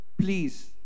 please